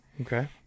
okay